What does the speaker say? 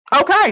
okay